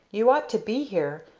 you ought to be here,